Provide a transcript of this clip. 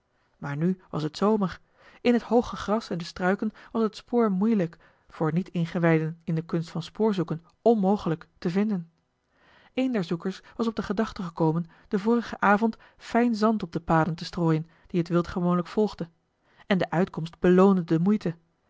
maar nu was het zomer in het hooge gras en de struiken was het spoor moeielijk voor niet ingewijden in de kunst van spoorzoeken onmogelijk te vinden een der zoekers was op de gedachte gekomen den vorigen avond fijn zand op de paden te strooien die het wild gewoonlijk volgde en de uitkomst beloonde de moeite